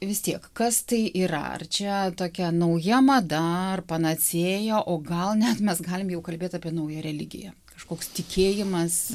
vis tiek kas tai yra ar čia tokia nauja mada ar panacėja o gal net mes galim jau kalbėt apie naują religiją kažkoks tikėjimas